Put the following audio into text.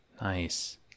Nice